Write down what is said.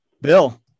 Bill